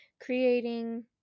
creating